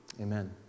Amen